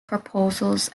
proposals